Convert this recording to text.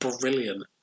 brilliant